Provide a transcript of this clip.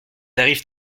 arrivent